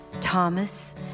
Thomas